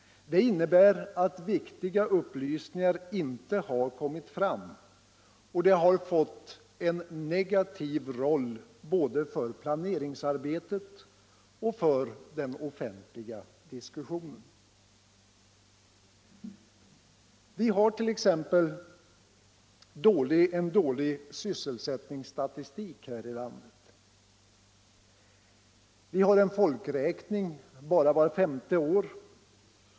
Det innebär att viktiga upplysningar inte kommit fram, vilket fått negativ effekt både för planeringsarbetet och för den offentliga diskussionen. Vi har t.ex. en dålig sysselsättningsstatistik här i landet. Vi har folkräkning bara vart femte år.